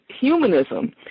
humanism